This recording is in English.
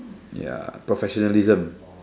ya professionalism